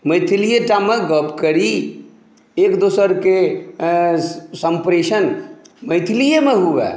मैथिलीएटामे गप करी एकदोसरके संप्रेषण मैथिलीमे हुअ